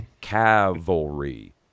Cavalry